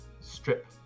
strip